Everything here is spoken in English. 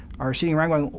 are sitting around going,